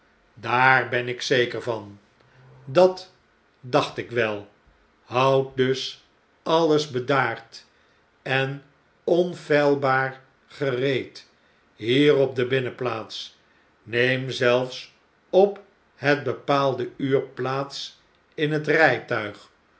daar ben ik zeker van dat dacht ik wel houd dus allesbedaard en onfeilbaar gereed hier op de binnenplaats neem zelfs op het bepaalde uur plaats in het rgtuig